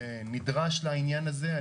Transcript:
נדרש לעניין הזה.